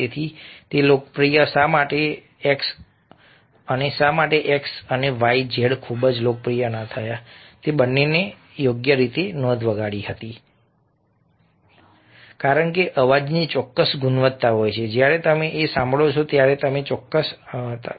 તેથી લોકપ્રિય અને શા માટે x y અને z ખૂબ લોકપ્રિય ન હતા તે બંનેએ યોગ્ય રીતે નોંધ વગાડી હતી કારણ કે અવાજની ચોક્કસ ગુણવત્તા હોય છે જ્યારે તમે તે અવાજ સાંભળો છો